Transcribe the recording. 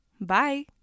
Bye